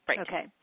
Okay